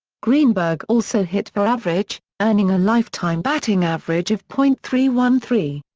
greenberg also hit for average, earning a lifetime batting average of point three one three.